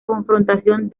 confrontación